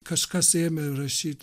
kažkas ėmė rašyt